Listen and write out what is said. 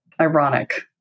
ironic